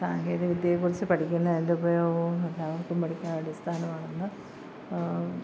സാങ്കേതിക വിദ്യയെ കുറിച്ച് പഠിക്കുന്ന അതിൻ്റെ ഉപയോഗവും ഒക്കെ എല്ലാവർക്കും പഠിക്കാൻ അടിസ്ഥാനമാണെന്ന്